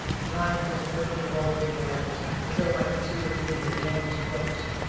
behind came the quickening roll of the oars, as though my pursuers knew that the end was close.